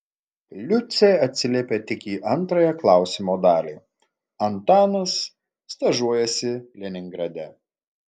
liucė atsiliepė tik į antrąją klausimo dalį antanas stažuojasi leningrade